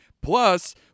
Plus